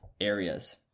areas